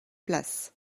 place